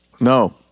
No